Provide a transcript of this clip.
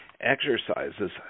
exercises